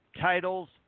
titles